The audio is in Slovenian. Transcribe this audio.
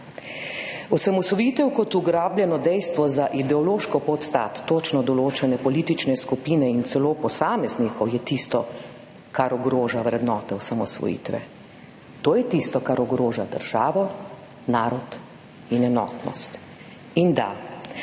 Osamosvojitev kot ugrabljeno dejstvo za ideološko podstat točno določene politične skupine in celo posameznikov je tisto, kar ogroža vrednote osamosvojitve. To je tisto, kar ogroža državo, narod in enotnost. In da,